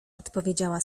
odpowiedziała